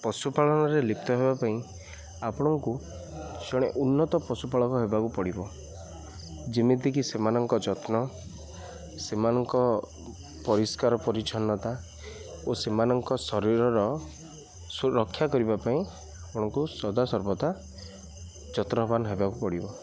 ପଶୁପାଳନରେ ଲିପ୍ତ ହେବା ପାଇଁ ଆପଣଙ୍କୁ ଜଣେ ଉନ୍ନତ ପଶୁପାଳକ ହେବାକୁ ପଡ଼ିବ ଯେମିତିକି ସେମାନଙ୍କ ଯତ୍ନ ସେମାନଙ୍କ ପରିଷ୍କାର ପରିଚ୍ଛନ୍ନତା ଓ ସେମାନଙ୍କ ଶରୀରର ସୁରକ୍ଷା କରିବା ପାଇଁ ଆପଣଙ୍କୁ ସଦାସର୍ବଦା ଯତ୍ନବାନ୍ ହେବାକୁ ପଡ଼ିବ